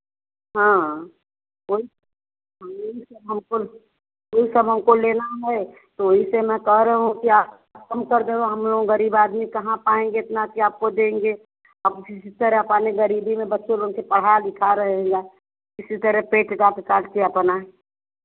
हाँ वही यही सब हमको यही सब हमको लेना है तो वही से मैं कह रहा हूँ कि आप कम कर दो हम लोग गरीब आदमी कहाँ पाएँगे एतना कि आपको देंगे अब जिस तरह अपने गरीबी में बच्चों लोगन के पढ़ा लिखा रहे किसी तरह पेट काट काट कर अपना